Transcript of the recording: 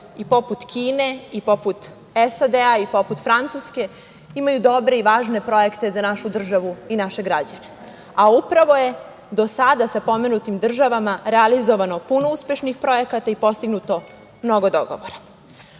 i poput Kine, i poput SAD i poput Francuske, imaju dobre i važne projekte za našu državu i naše građane, a upravo je do sada sa pomenutim državama realizovano puno uspešnih projekata i postignuto mnogo dogovora. Ukoliko